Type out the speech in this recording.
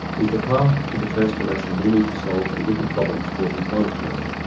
is the path to the transformation we need to solve the wicked problems causing climate change.